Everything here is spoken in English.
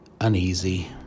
uneasy